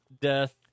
death